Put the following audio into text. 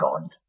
God